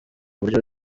buryo